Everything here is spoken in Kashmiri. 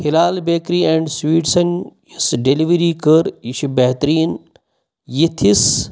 ہِلال بیکری اینڈ سٕوِیٖٹسَن یۄسہٕ ڈؠلؤری کٔر یہِ چھِ بہتریٖن یِتھِس